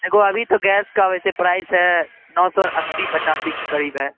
دیکھو ابھی تو گیس کا ویسے پرائس ہے نو سو اسّی پچاسی کے قریب ہے